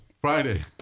friday